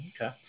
Okay